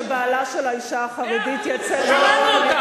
הגב שלנו,